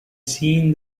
seen